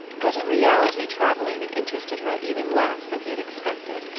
but in reality travelling interested her even less than he had expected.